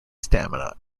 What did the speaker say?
stamina